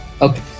okay